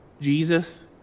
Jesus